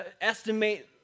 estimate